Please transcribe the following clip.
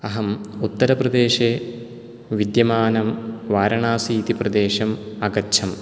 अहम् उत्तरप्रदेशे विद्यमानं वाराणसी इति प्रदेशम् अगच्छम्